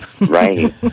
Right